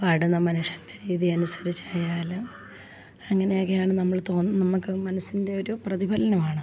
പാടുന്ന മനുഷ്യൻ്റെ രീതി അനുസരിച്ചു ആയാൽ അങ്ങനെയൊക്കെയാണ് നമ്മൾ തോന്നും നമുക്ക് മനസ്സിൻ്റെ ഒരു പ്രതിഫലനം ആണ് അത്